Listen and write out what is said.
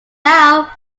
now